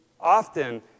often